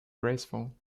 graceful